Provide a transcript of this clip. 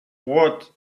what